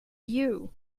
you